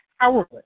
powerless